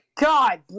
god